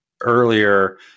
earlier